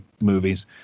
movies